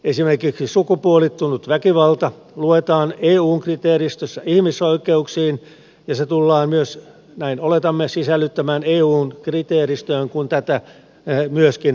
esimerkiksi sukupuolittunut väkivalta luetaan eun kriteeristössä ihmisoikeuksiin ja se tullaan myös näin oletamme sisällyttämään eun kriteeristöön kun tätä myöskin uudistetaan